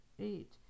eight